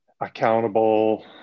accountable